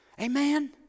Amen